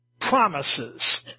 Promises